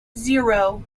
zero